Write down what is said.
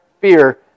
fear